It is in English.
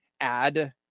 add